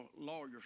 Lawyer's